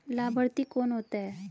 लाभार्थी कौन होता है?